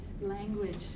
language